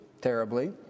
terribly